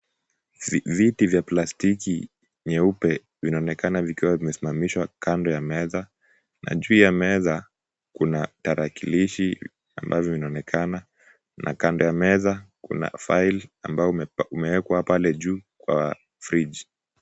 Viti za plastiki nyeupe vinaonekana vikiwa vimesimamishwa kando ya meza, na juu ya meza kuna tarakilishi ambazo zinaonekana na kando ya meza kuna file ambao umewekwa pale juu kwa fridge .